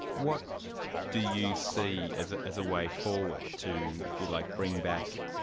what do you see as as a way forward to, if you like, bring back